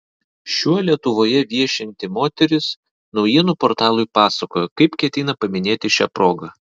šiuo lietuvoje viešinti moteris naujienų portalui pasakojo kaip ketina paminėti šią progą